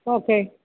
okay